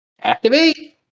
activate